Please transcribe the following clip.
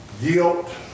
guilt